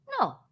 No